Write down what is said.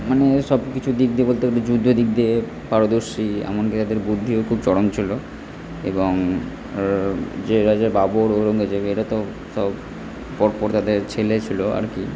মানে সবকিছু দিক দিয়ে বলতে গেলে যুদ্ধের দিক দিয়ে পারদর্শী এমনকি তাদের বুদ্ধিও খুব চরম ছিল এবং যে রাজা বাবুর ঔরঙ্গজেব এরা তো সব ছেলে ছিল আর কি